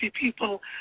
people